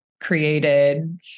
created